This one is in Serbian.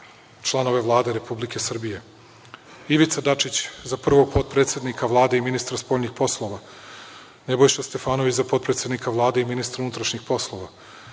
članove Vlade Republike Srbije. Ivica Dačić – za prvog potpredsednika Vlade i ministra spoljnih poslova. Nebojša Stefanović – za potpredsednika Vlade i ministra unutrašnjih poslova. Prof.